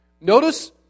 Notice